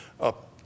up